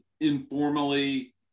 informally